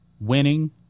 winning